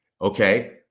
okay